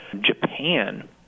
Japan